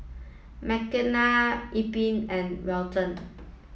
Makenna Ephram and Welton